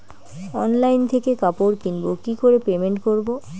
Online থেকে কাপড় কিনবো কি করে পেমেন্ট করবো?